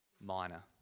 minor